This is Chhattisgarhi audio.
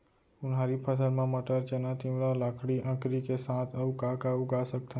उनहारी फसल मा मटर, चना, तिंवरा, लाखड़ी, अंकरी के साथ अऊ का का उगा सकथन?